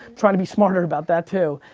trying to be smarter about that too,